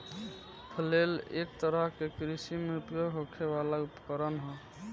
flail एक तरह के कृषि में उपयोग होखे वाला उपकरण ह